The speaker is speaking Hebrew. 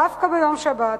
דווקא בשבת,